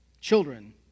children